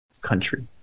country